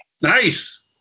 Nice